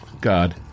God